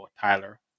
Tyler